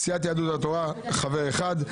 סיעת יהדות התורה חבר אחד,